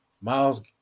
Miles